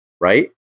right